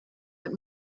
had